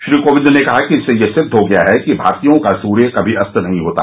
श्री कोविंद ने कहा कि इससे यह सिद्व हो गया है कि भारतीयों का सूर्य कभी अस्त नहीं होता